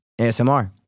ASMR